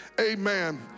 Amen